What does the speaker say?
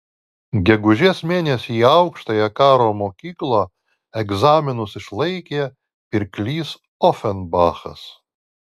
gegužės mėnesį į aukštąją karo mokyklą egzaminus išlaikė pirklys ofenbachas